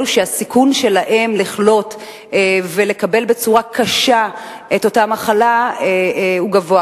אלו שהסיכון שלהם לחלות ולקבל בצורה קשה את אותה מחלה הוא גבוה,